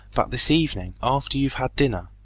but this evening, after you've had dinner.